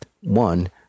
one